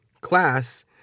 class